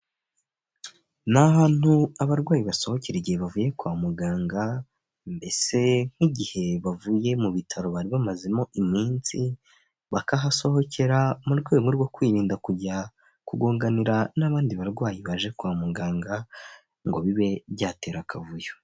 Ni ahantu abarwayi basohokera igihe bavuye kwa muganga, mbese nk'igihe bavuye mu bitaro bari bamazemo iminsi, bakahasohokera mu rwego rwo kwirinda kujya kugonganira n'abandi barwayi baje kwa muganga, ngo bibe byatera akavuyo.